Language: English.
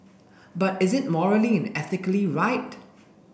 but is it morally and ethically right